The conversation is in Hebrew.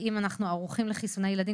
האם אנחנו ערוכים לחיסוני ילדים?